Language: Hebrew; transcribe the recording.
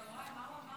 מה הוא אמר?